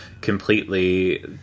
completely